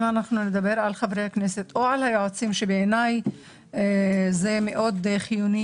אם נדבר על חברי הכנסת או על היועצים שבעיניי מאוד חיוני